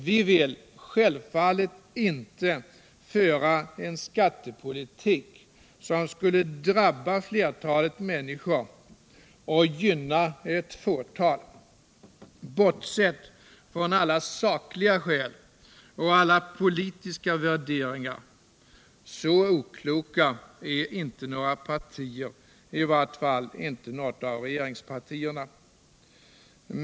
Vi vill självfallet inte föra en skattepolitik som skulle drabba flertalet människor och gynna ett fåtal. Bortsett från alla sakliga skäl och alla politiska värderingar — så okloka är inte några partier, i vart fall inte något av regeringspartierna.